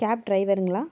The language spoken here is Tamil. கேப் டிரைவருங்களா